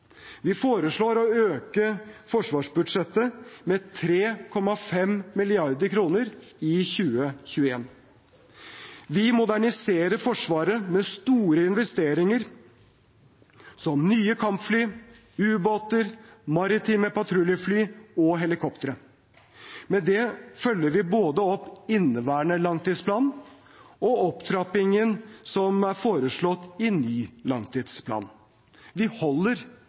Vi foreslår å øke forsvarsbudsjettet med 3,5 mrd. kr i 2021. Vi moderniserer Forsvaret med store investeringer, som nye kampfly, ubåter, maritime patruljefly og helikoptre. Med det følger vi opp både inneværende langtidsplan og opptrappingen som er foreslått i ny langtidsplan. Vi holder